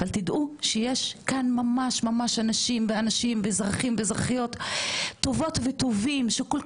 אבל תדעו שיש כאן ממש אנשים ונשים ואזרחים ואזרחיות טובות וטובים שכל